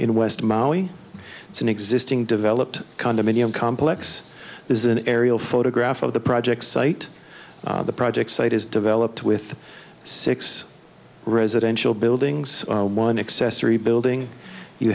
in west maui it's an existing developed condominium complex is an aerial photograph of the project site the project site has developed with six residential buildings one accessory building you